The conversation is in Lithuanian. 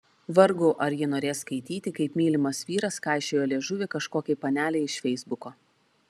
vargu ar ji norės skaityti kaip mylimas vyras kaišiojo liežuvį kažkokiai panelei iš feisbuko